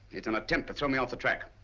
it's an attempt to throw me off the track.